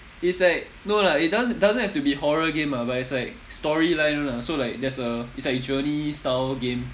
it's like no lah it doesn't doesn't have to be horror game ah but it's like story line lah so like there's a it's like journey style game